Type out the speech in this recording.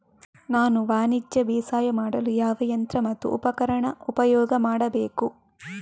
ನಾನು ವಾಣಿಜ್ಯ ಬೇಸಾಯ ಮಾಡಲು ಯಾವ ಯಂತ್ರ ಮತ್ತು ಉಪಕರಣ ಉಪಯೋಗ ಮಾಡಬೇಕು?